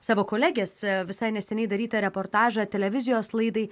savo kolegės visai neseniai darytą reportažą televizijos laidai